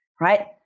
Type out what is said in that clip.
right